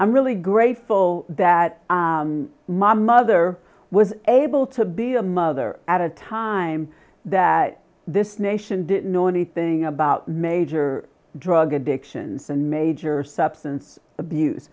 i'm really grateful that my mother was able to be a mother at a time that this nation didn't know anything about major drug addictions and major substance abuse